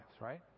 right